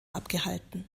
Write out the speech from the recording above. abgehalten